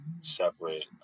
separate